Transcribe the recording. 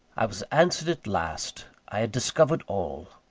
i was answered at last i had discovered all.